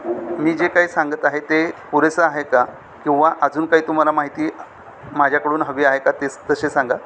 मी जे काही सांगत आहे ते पुरेसं आहे का किंवा अजून काही तुम्हाला माहिती माझ्याकडून हवी आहे का ते तसे सांगा